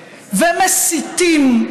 ומסיתים.